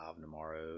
tomorrow